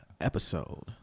episode